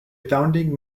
founding